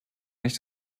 nicht